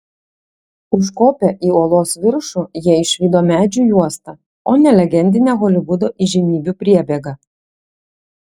užkopę į uolos viršų jie išvydo medžių juostą o ne legendinę holivudo įžymybių priebėgą